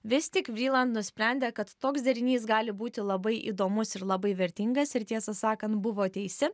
vis tik vryland nusprendė kad toks derinys gali būti labai įdomus ir labai vertingas ir tiesą sakant buvo teisi